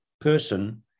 person